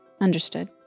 Understood